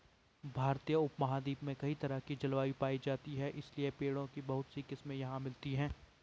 भारतीय उपमहाद्वीप में कई तरह की जलवायु पायी जाती है इसलिए पेड़ों की बहुत सी किस्मे यहाँ मिलती हैं